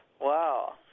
Wow